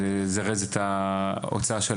כדי לזרז את ההנפקה.